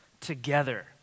together